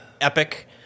Epic